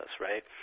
right